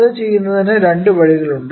ഇത് ചെയ്യുന്നതിന് രണ്ട് വഴികളുണ്ട്